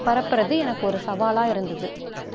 பரப்புகிறது எனக்கு ஒரு சவாலாக இருந்தது